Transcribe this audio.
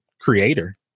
creator